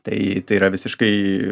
tai tai yra visiškai